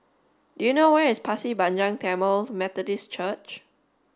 do you know where is Pasir Panjang Tamil Methodist Church